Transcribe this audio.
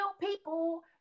people